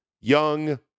Young